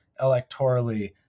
electorally